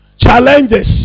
challenges